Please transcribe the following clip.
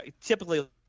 Typically –